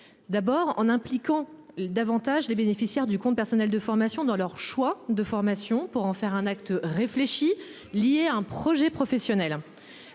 D'abord en impliquant davantage les bénéficiaires du compte personnel de formation dans leurs choix de formation pour en faire un acte réfléchi lié à un projet professionnel.